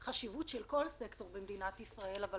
לצערי לחשיבות של כל סקטור במדינת ישראל, אבל